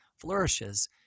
flourishes